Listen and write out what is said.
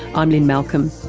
i'm lynne malcolm,